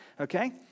Okay